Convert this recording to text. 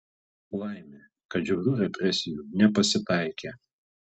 laimė kad žiaurių represijų nepasitaikė